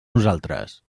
nosaltres